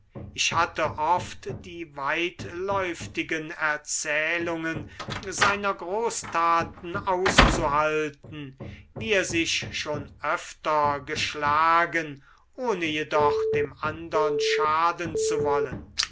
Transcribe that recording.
ich hatte oft die weitläuftigen erzählungen seiner großtaten auszuhalten wie er sich schon öfter geschlagen ohne jedoch dem andern schaden zu wollen